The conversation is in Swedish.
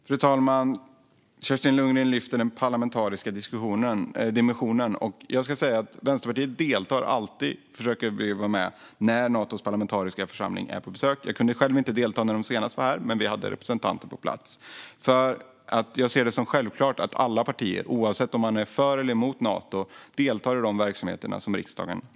Fru talman! Kerstin Lundgren lyfter fram den parlamentariska dimensionen. Vänsterpartiet försöker alltid delta när Natos parlamentariska församling är på besök. Jag kunde själv inte delta när de senast var här, men vi hade representanter på plats. Jag ser det som självklart att alla partier, oavsett om man är för eller emot Nato, deltar i de verksamheter som sker i riksdagen.